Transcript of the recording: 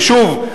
ושוב,